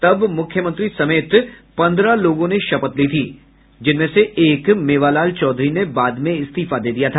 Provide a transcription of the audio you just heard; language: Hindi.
तब मुख्यमंत्री समेत पन्द्रह लोगों ने शपथ ली थी जिनमें से एक मेवालाल चौधरी ने बाद में इस्तीफा दे दिया था